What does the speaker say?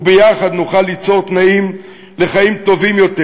וביחד נוכל ליצור תנאים לחיים טובים יותר,